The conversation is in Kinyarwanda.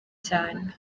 cyane